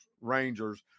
rangers